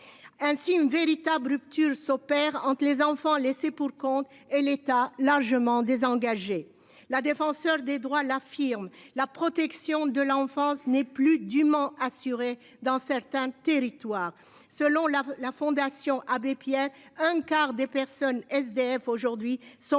Ainsi une véritable rupture s'opère entre les enfants laissés pour compte et l'État largement désengagé la défenseure des droits l'affirme la protection de l'enfance n'est plus dûment. Dans certains territoires selon la, la Fondation Abbé Pierre. Un quart des personnes SDF aujourd'hui sont